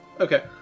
Okay